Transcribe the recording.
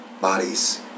bodies